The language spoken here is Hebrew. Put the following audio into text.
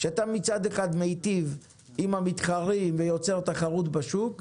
שמצד אחד אתה מיטיב עם המתחרים ויוצר תחרות בשוק,